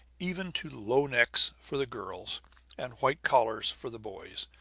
even to low necks for the girls and white collars for the boys,